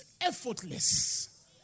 effortless